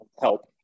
help